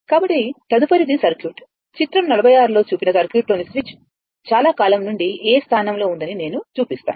కాబట్టి తదుపరిది సర్క్యూట్ చిత్రం 46 లో చూపిన సర్క్యూట్లోని స్విచ్ చాలా కాలం నుండి A స్థానంలో ఉందని నేను చూపిస్తాను